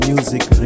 Music